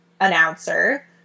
announcer